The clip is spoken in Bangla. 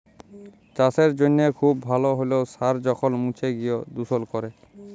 চাসের জনহে খুব ভাল হ্যলেও সার যখল মুছে গিয় দুষল ক্যরে